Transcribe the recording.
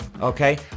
okay